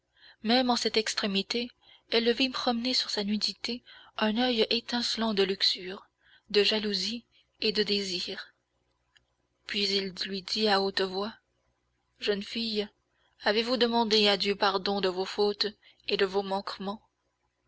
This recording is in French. même en cette extrémité elle le vit promener sur sa nudité un oeil étincelant de luxure de jalousie et de désir puis il lui dit à haute voix jeune fille avez-vous demandé à dieu pardon de vos fautes et de vos manquements